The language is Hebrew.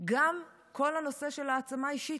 גם כל הנושא של ההעצמה האישית.